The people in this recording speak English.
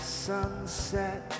sunset